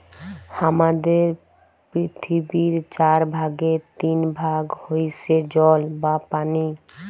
হামাদের পৃথিবীর চার ভাগের তিন ভাগ হইসে জল বা পানি